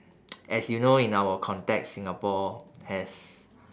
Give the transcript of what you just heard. as you know in our context singapore has